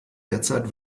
derzeit